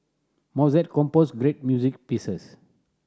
Mozart composed great music pieces